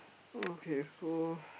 okay so